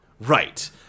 Right